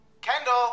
Kendall